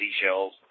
seashells